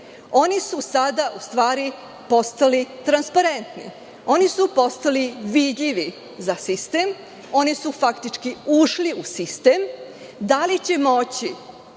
oni su sada u stvari postali transparenti, oni su postali vidljivi za sistem, oni su faktički ušli u sistem. Da li će moći